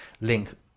link